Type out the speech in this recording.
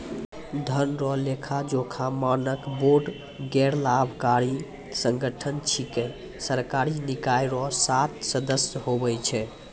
धन रो लेखाजोखा मानक बोर्ड गैरलाभकारी संगठन छिकै सरकारी निकाय रो सात सदस्य हुवै छै